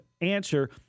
answer